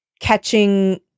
catching